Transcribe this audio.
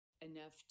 enough